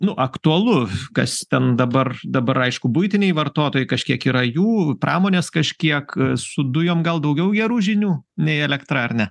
nu aktualu kas ten dabar dabar aišku buitiniai vartotojai kažkiek yra jų pramonės kažkiek su dujom gal daugiau gerų žinių nei elektra ar ne